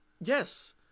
yes